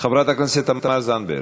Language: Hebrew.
חברת הכנסת תמר זנדברג,